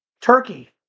Turkey